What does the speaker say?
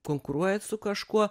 konkuruojat su kažkuo